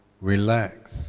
relax